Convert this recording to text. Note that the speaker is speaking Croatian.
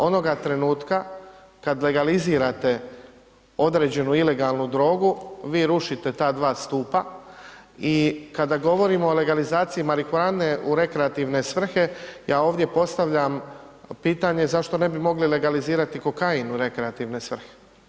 Onoga trenutka kad legalizirate određenu ilegalnu drogu, vi rušite za dva stupa i kada govorimo o legalizaciji marihuane u rekreativne svrhe, ja ovdje postavljam pitanje zašto ne bi mogli legalizirati kokain u rekreativne svrhe?